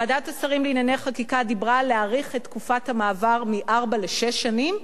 ועדת השרים לענייני חקיקה דיברה על הארכת תקופת המעבר מארבע לשש שנים.